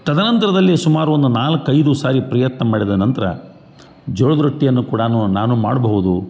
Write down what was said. ತದನಂತರದಲ್ಲಿ ಸುಮಾರು ಒಂದು ನಾಲ್ಕೈದು ಸಾರಿ ಪ್ರಯತ್ನ ಮಾಡಿದ ನಂತರ ಜೋಳದ ರೊಟ್ಟಿಯನ್ನು ಕೂಡ ನಾನು ಮಾಡಬಹುದು